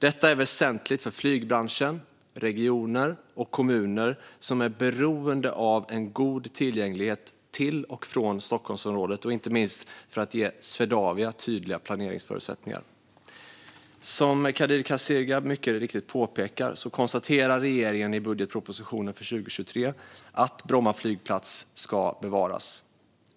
Detta är väsentligt för flygbranschen, regioner och kommuner som är beroende av en god tillgänglighet till och från Stockholmsområdet och, inte minst, för att ge Swedavia tydliga planeringsförutsättningar. Som Kadir Kasirga mycket riktigt påpekar konstaterar regeringen i budgetpropositionen för 2023 att Bromma flygplats ska bevaras.